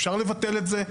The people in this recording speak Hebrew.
אפשר לבטל את זה.